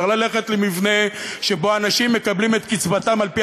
צריך ללכת למבנה שבו אנשים מקבלים את קצבתם על-פי